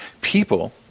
people